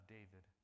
David